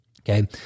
okay